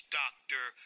doctor